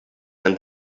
than